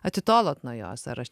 atitolot nuo jos ar aš